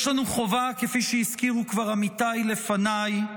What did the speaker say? יש לנו חובה, כפי שהזכירו כבר עמיתיי לפניי,